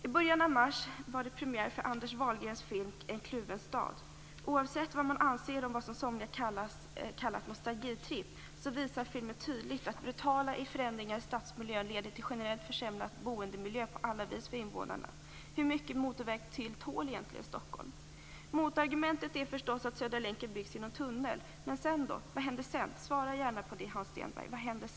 I början av mars var det premiär för Anders Wahlgrens film En kluven stad. Oavsett vad man anser om vad somliga har kallat för en nostalgitripp visar filmen tydligt att brutala förändringar i stadsmiljön leder till en generellt försämrad boendemiljö på alla vis för invånarna. Hur mycket motorväg till tål egentligen Stockholm? Motargumentet är förstås att Södra länken byggs genom tunnel. Men vad händer sedan? Svara gärna på den frågan, Hans Stenberg.